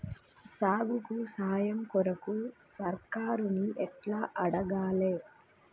సాగుకు సాయం కొరకు సర్కారుని ఎట్ల అడగాలే?